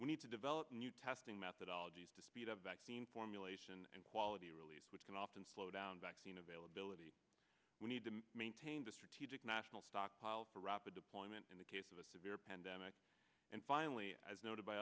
we need to develop new testing methodology to speed up vaccine formulation and quality release which can often slow down vaccine availability we need to maintain the strategic national stockpile for rapid deployment in the case of a severe pandemic and finally as